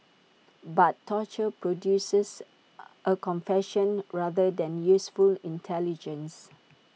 but torture produces A confession rather than useful intelligence